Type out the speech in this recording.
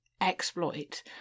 exploit